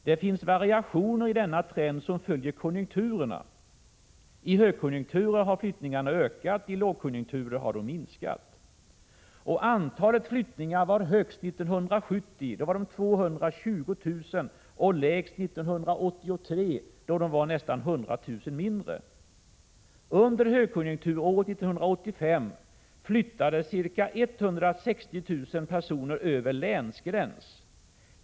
Det finns i denna trend variationer som följer konjunkturerna — i högkonjunkturer har flyttningarna ökat, vid lågkonjunkturer har de minskat. Antalet flyttningar var högst 1970 — då var det 220 000 — och lägst 1983, då flyttningarna var nästan 100 000 färre. Under högkonjunkturåret 1985 flyttade ca 160 000 personer över länsgräns.